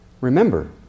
Remember